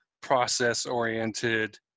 process-oriented